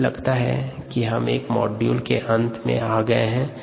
मुझे लगता है कि हम एक मॉड्यूल के अंत में आ गए हैं